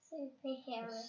Superhero